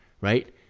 right